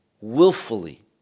willfully